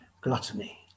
gluttony